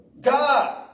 God